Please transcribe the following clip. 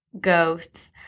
ghosts